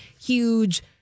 huge